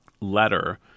letter